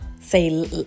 say